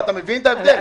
אתה מבין את ההבדל?